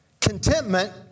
Contentment